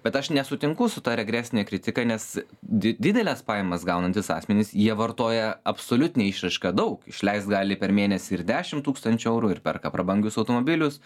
bet aš nesutinku su ta regresine kritika nes di dideles pajamas gaunantys asmenys jie vartoja absoliutine išraiška daug išleist gali per mėnesį ir dešim tūkstančių eurų ir perka prabangius automobilius